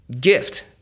gift